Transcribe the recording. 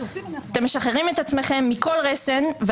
אתם משחררים את עצמכם מכל רסן.